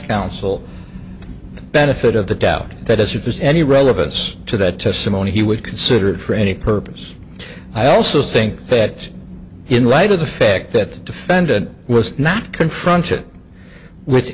counsel benefit of the doubt that as if there's any relevance to that testimony he would consider it for any purpose i also think that in light of the fact that the defendant was not confronted with